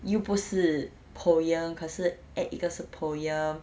又不是 poem 可是 act 一个是 poem